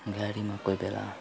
गाडीमा कोही बेला